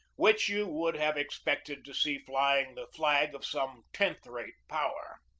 which you would have expected to see flying the flag of some tenth-rate power.